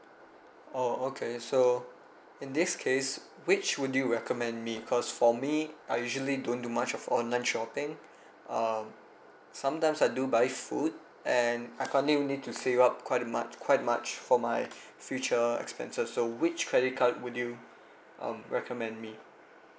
oh okay so in this case which would you recommend me cause for me I usually don't do much of online shopping um sometimes I do buy food and I currently need to save up quite a much quite much for my future expenses so which credit card would you um recommend me